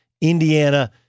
Indiana